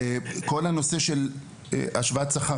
לגבי הנושא של השוואת שכר,